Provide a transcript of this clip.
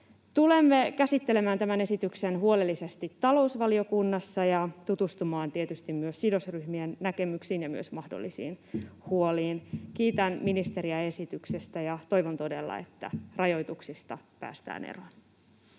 Tulemme käsittelemään tämän esityksen huolellisesti talousvaliokunnassa ja tutustumaan tietysti myös sidosryhmien näkemyksiin ja myös mahdollisiin huoliin. Kiitän ministeriä esityksestä ja toivon todella, että rajoituksista päästään eroon.